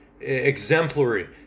exemplary